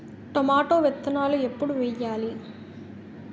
Tomato విత్తనాలు ఎప్పుడు వెయ్యాలి?